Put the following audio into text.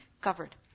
covered